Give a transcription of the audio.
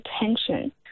attention